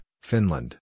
Finland